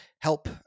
help